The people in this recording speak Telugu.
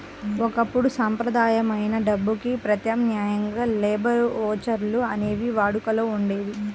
ఒకప్పుడు సంప్రదాయమైన డబ్బుకి ప్రత్యామ్నాయంగా లేబర్ ఓచర్లు అనేవి వాడుకలో ఉండేయి